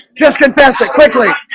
just confess it quickly